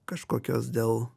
kažkokios dėl